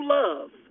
love